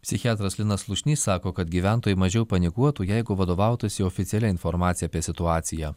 psichiatras linas slušnys sako kad gyventojai mažiau panikuotų jeigu vadovautųsi oficialia informacija apie situaciją